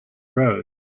road